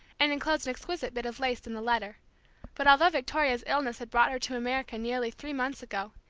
and enclosed an exquisite bit of lace in the letter but although victoria's illness had brought her to america nearly three months ago,